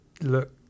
look